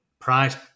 price